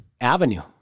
Avenue